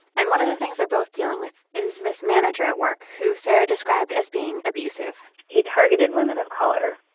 and one of the things they're both dealing with is this manager at work who sarah described as being abusive he targeted women of color,